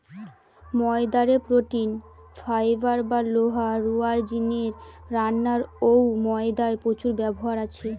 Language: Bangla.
ময়দা রে প্রোটিন, ফাইবার বা লোহা রুয়ার জিনে রান্নায় অউ ময়দার প্রচুর ব্যবহার আছে